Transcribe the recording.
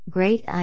Great